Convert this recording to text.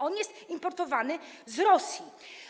On jest importowany z Rosji.